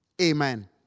Amen